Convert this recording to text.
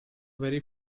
very